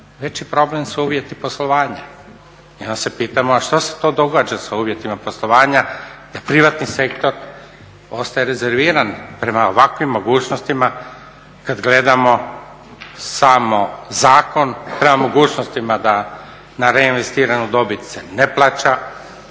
veći problem su uvjeti poslovanja. I onda se pitamo a što se to događa sa uvjetima poslovanja da privatni sektor ostaje rezerviran prema ovakvim mogućnostima kad gledamo samo zakon, prema mogućnostima da na reinvestiranu dobit se ne plaća